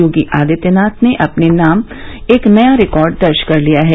योगी आदित्यनाथ ने अपने नाम एक नया रिकार्ड दर्ज कर लिया है